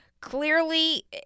clearly –